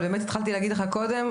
התחלתי להגיד לך קודם,